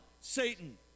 Satan